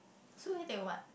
so you take what